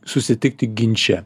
susitikti ginče